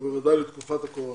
ובוודאי לא לתקופת הקורונה.